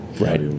right